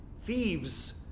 thieves